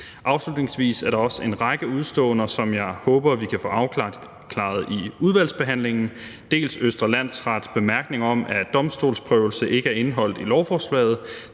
Afslutningsvis er der også en række udeståender, som jeg håber vi kan få afklaret i udvalgsbehandlingen: dels Østre Landsrets bemærkninger om, at domstolsprøvelse ikke er indeholdt i lovforslaget,